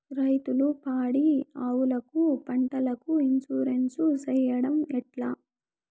రైతులు పాడి ఆవులకు, పంటలకు, ఇన్సూరెన్సు సేయడం ఎట్లా?